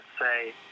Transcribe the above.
say